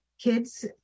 kids